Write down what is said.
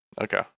Okay